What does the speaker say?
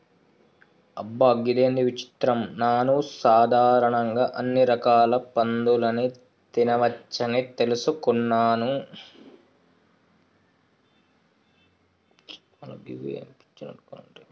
అబ్బ గిదేంది విచిత్రం నాను సాధారణంగా అన్ని రకాల పందులని తినవచ్చని తెలుసుకున్నాను